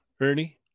Ernie